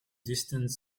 distant